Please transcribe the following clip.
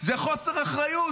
ביטון-רוזן: "זה חוסר אחריות.